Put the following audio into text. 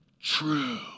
true